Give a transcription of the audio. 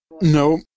No